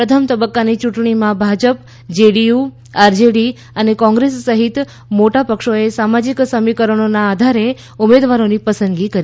પ્રથમ તબક્કાની ચૂંટણીમાં ભાજપ જેડીયુ આરજેડી અને કોંગ્રેસ સહિત મોટા પક્ષોએ સામાજિક સમીકરણોના આધારે ઉમેદવારોની પસંદગી કરી છે